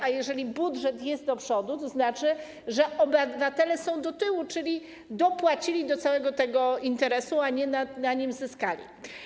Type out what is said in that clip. A jeżeli budżet jest do przodu, to znaczy, że obywatele są do tyłu, czyli dopłacili do całego tego interesu, a nie na nim zyskali.